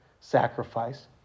sacrifice